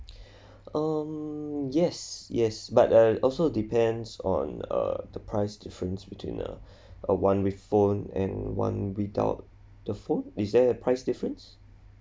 um yes yes but uh also depends on uh the price difference between uh uh one with phone and one without the phone is there a price difference